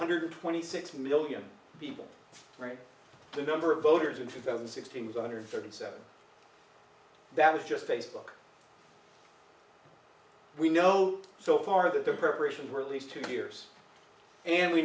hundred and twenty six million people right the number of voters in two thousand and sixteen was one hundred and thirty seven that was just facebook we know so far that the preparations were at least two years and we